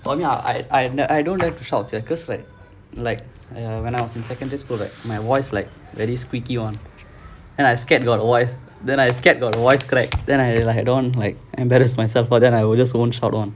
for me I I I I don't dare to shout sia because like like err when I was in secondary school right my voice like very squeaky [one] then I scared got voice then I scared got voice crack then I like don't like embarrassed myself but then I will just won't shout [one]